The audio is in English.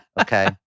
okay